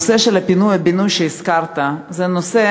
הנושא של הפינוי-בינוי שהזכרת זה נושא